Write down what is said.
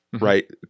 right